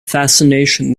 fascination